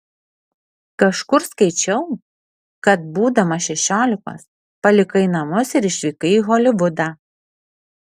kažkur skaičiau kad būdamas šešiolikos palikai namus ir išvykai į holivudą